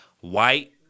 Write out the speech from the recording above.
white